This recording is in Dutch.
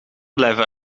blijven